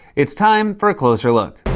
it's time for a closer look.